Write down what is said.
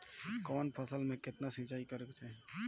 कवन फसल में केतना सिंचाई करेके चाही?